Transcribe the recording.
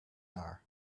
are